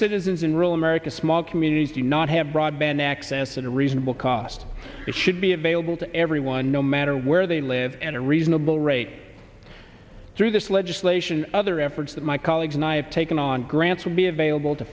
citizens in rural america small communities do not have broadband access at a reasonable cost that should be available to everyone no matter where they live and a reasonable rate through this legislation other efforts that my colleagues and i have taken on grants will be available to